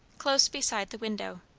close beside the window.